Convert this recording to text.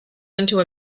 into